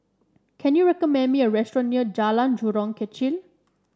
can you recommend me a restaurant near Jalan Jurong Kechil